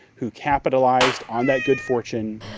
who capitalized on that good fortune,